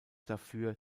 dafür